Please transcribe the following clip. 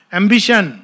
ambition